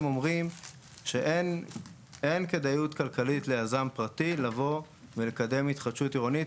אומרים שאין כדאיות כלכלית ליזם פרטי לבוא ולקדם התחדשות עירונית